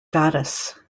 goddess